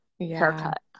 haircut